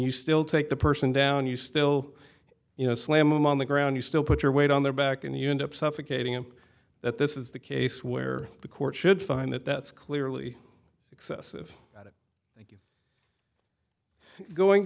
you still take the person down you still you know slam on the ground you still put your weight on their back in the unit up suffocating and that this is the case where the court should find that that's clearly excessive